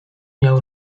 miał